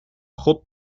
god